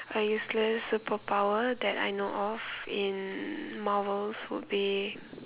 a useless superpower that I know of in Marvels would be